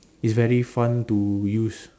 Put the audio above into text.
is very fun to use